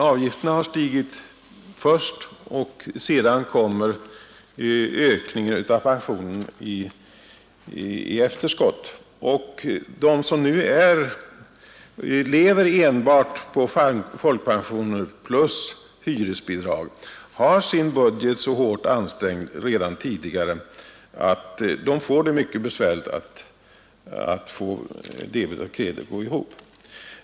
Avgifterna stiger först, och sedan kommer ökningen av pensionen i efterskott. De som lever enbart på folkpension plus hyresbidrag har redan tidigare sin budget så hårt ansträngd att det blir mycket besvärligt att få debet och kredit att gå ihop.